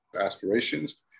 aspirations